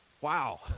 Wow